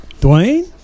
Dwayne